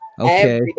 Okay